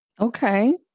Okay